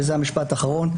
וזה המשפט האחרון,